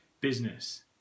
business